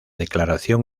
declaración